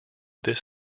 this